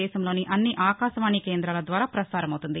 దేశంలోని అన్ని ఆకాశవాణి కేంద్రాల ద్వారా పసారమవుతుంది